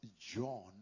john